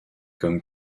comme